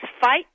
fight